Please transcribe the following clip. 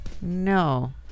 No